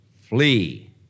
Flee